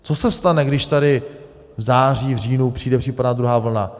Co se stane, když tady v září, v říjnu přijde případná druhá vlna?